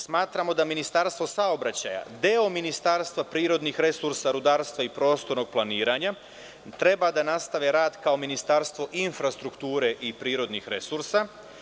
Smatramo da Ministarstvo saobraćaja, deo Ministarstva prirodnih resursa, rudarstva i prostornog planiranja treba da nastave rad kao Ministarstvo infrastrukture i prirodnih resursa.